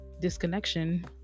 disconnection